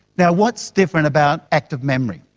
yeah what's different about active memory?